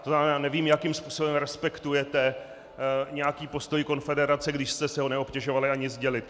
To znamená, já nevím, jakým způsobem respektujete nějaký postoj konfederace, když jste si ho neobtěžovali ani sdělit.